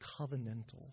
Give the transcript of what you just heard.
covenantal